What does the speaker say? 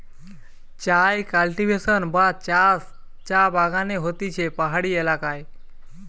চায় কাল্টিভেশন বা চাষ চা বাগানে হতিছে পাহাড়ি এলাকায়